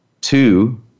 two